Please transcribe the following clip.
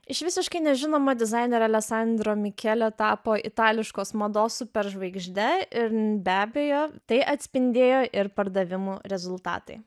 iš visiškai nežinomo dizainerio aleksandro mikele tapo itališkos mados superžvaigžde ir be abejo tai atspindėjo ir pardavimų rezultatai